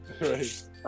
Right